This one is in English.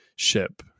ship